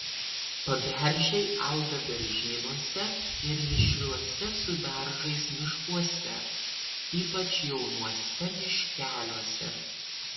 paberžiai auga beržynuose ir mišriuose su beržais miškuose ypač jaunuose miškeliuose